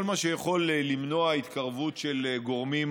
כל מה שיכול למנוע התקרבות של גורמים